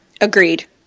Agreed